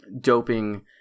doping